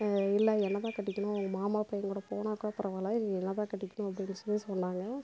இல்லை என்ன தான் கட்டிக்கணும் உங்கள் மாமா பையன் கூட போனால் கூட பரவாயில்லை நீ என்ன தான் கட்டிக்கணும் அப்படின் சொல்லி சொன்னாங்க